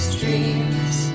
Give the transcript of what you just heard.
dreams